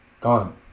Gone